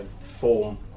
form